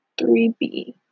3B